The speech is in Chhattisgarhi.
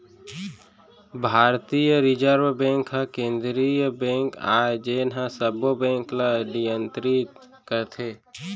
भारतीय रिजर्व बेंक ह केंद्रीय बेंक आय जेन ह सबो बेंक ल नियतरित करथे